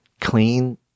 Clean